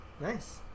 nice